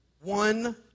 one